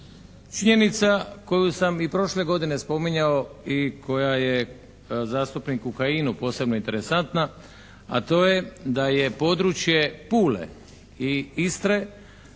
Činjenica koju sam i prošle godine spominjao i koja je zastupniku Kajinu posebno interesantna a to je da je područje Pule i Istre